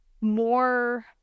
more